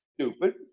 stupid